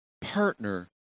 partner